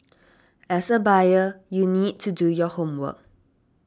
as a buyer you need to do your homework